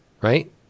right